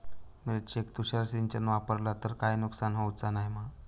मिरचेक तुषार सिंचन वापरला तर काय नुकसान होऊचा नाय मा?